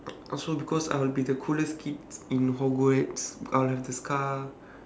also because I'll be the coolest kids in hogwarts I'll have this car